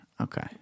Okay